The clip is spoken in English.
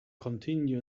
continue